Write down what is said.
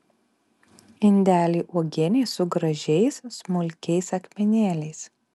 indelį uogienei su gražiais smulkiais akmenėliais